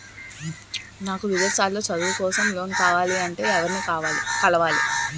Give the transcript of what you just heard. నాకు విదేశాలలో చదువు కోసం లోన్ కావాలంటే ఎవరిని కలవాలి?